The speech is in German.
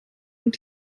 und